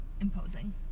imposing